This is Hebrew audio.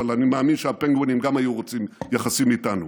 אבל אני מאמין שהפינגווינים גם היו רוצים יחסים איתנו,